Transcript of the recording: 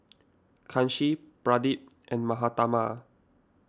Kanshi Pradip and Mahatma